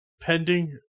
pending